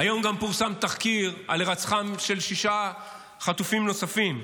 היום גם פורסם תחקיר על הירצחם של שישה חטופים נוספים: